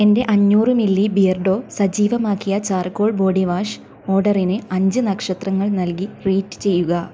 എന്റെ അഞ്ഞൂറ് milli Beardo സജീവമാക്കിയ ചാർക്കോൾ ബോഡി വാഷ് ഓർഡറിന് അഞ്ച് നക്ഷത്രങ്ങൾ നൽകി റേറ്റ് ചെയ്യുക